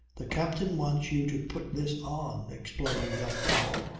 the captain wants you to put this on, explained young powell,